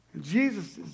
Jesus